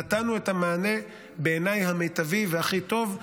נתנו בעיניי את המענה המיטבי והכי טוב,